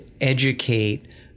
educate